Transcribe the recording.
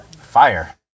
Fire